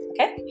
Okay